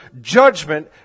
judgment